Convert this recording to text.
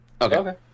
Okay